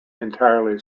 entirely